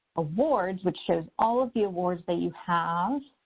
awards, which shows all of the awards that you have